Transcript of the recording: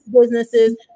businesses